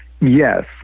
Yes